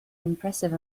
impressive